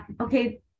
okay